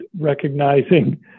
recognizing